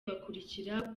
bakurikira